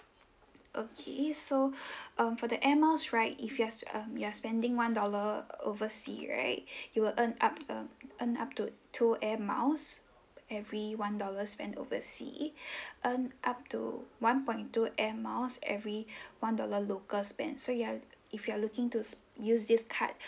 okay so um for the air miles right if you are s~ um you are spending one dollar oversea right you will earn up um earn up to two air miles every one dollar spend oversea earn up to one point two air miles every one dollar local spend so you are if you are looking to use this card